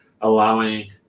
allowing